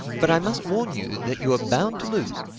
but i must warn you that you are bound to lose.